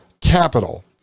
capital